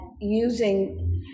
using